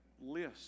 list